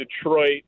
Detroit